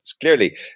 clearly